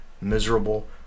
miserable